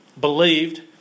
believed